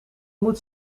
moet